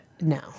No